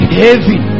heavy